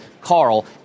Carl